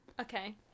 Okay